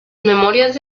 memorias